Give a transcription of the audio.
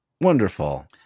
Wonderful